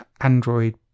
Android